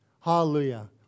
Hallelujah